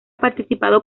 participado